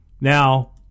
Now